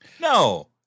No